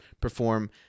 perform